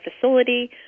facility